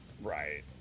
Right